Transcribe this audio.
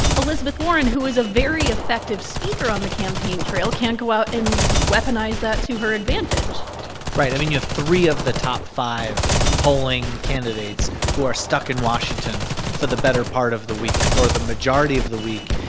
elizabeth warren, who is a very effective speaker on the campaign trail, can't go out and weaponize that to her advantage right. i mean, you have three of the top five polling candidates who are stuck in washington for the better part of the week, for the majority of the week.